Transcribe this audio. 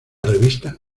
revista